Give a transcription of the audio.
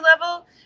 level